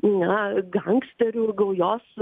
na gangsterių gaujos